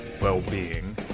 well-being